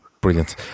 Brilliant